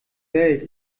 welt